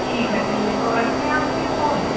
ठीक है चलिए तो रखें हम फिर फोन